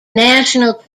national